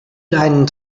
deinen